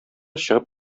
чыгып